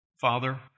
Father